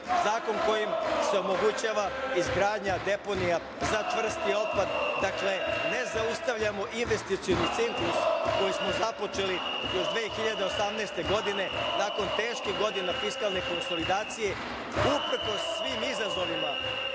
zakon kojim se omogućava izgradnja deponija za čvrsti otpad. Dakle, ne zaustavljamo investicioni ciklus koji smo započeli još 2018. godine, nakon teških godina fiskalne konsolidacije, uprkos svim izazovima